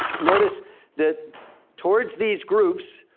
notice that towards these groups,